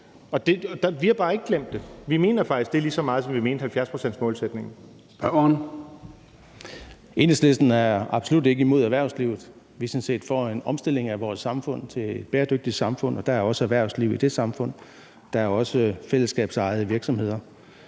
Kl. 20:56 Formanden (Søren Gade): Spørgeren. Kl. 20:56 Søren Egge Rasmussen (EL): Enhedslisten er absolut ikke imod erhvervslivet. Vi er sådan set for en omstilling af vores samfund til et bæredygtigt samfund, og der er også erhvervsliv i det samfund. Der er også fællesskabsejede virksomheder.